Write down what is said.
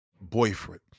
boyfriend